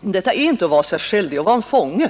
Detta är inte att vara sig själv — det är att vara fånge.